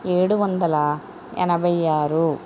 ఏడు వందల ఎనభై ఆరు